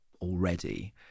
already